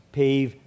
pave